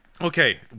Okay